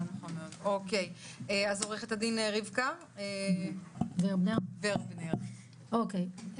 עורכת הדין רבקה ורבנר, בבקשה.